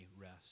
rest